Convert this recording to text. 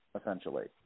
essentially